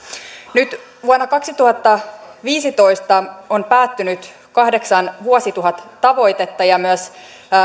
nyt vuonna kaksituhattaviisitoista on päättynyt kahdeksan vuosituhattavoitetta ja myös